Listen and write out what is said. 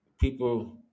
people